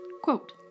Quote